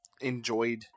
enjoyed